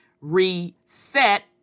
reset